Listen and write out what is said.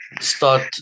start